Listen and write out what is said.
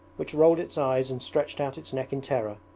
which rolled its eyes and stretched out its neck in terror,